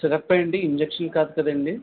సిరప్పే అండి ఇంజక్షన్ కాదు కదండి